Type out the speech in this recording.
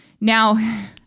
Now